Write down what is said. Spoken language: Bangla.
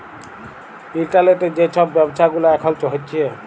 ইলটারলেটে যে ছব ব্যাব্ছা গুলা এখল হ্যছে